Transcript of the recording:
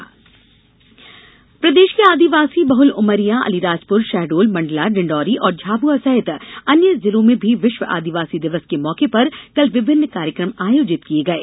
आदिवासी दिवस जिले प्रदेश के आदिवासी बहुल उमरिया अलीराजपुर शहडोल मंडला डिण्डोरी और झाबुआ सहित अन्य जिलों में भी विश्व आदिवासी दिवस के मौके पर कल विभिन्न कार्यक्रम आयोजित किये गये